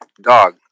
dog